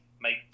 make